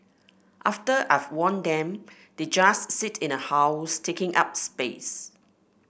after I've worn them they just sit in a house taking up space